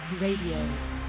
Radio